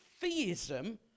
theism